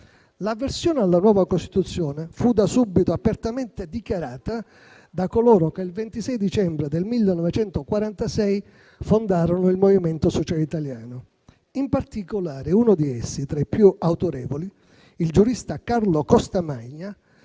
L'avversione alla nuova Costituzione fu da subito apertamente dichiarata da coloro che, il 26 dicembre 1946, fondarono il Movimento Sociale Italiano. In particolare uno di essi, tra i più autorevoli, il giurista Carlo Costamagna,